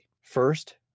First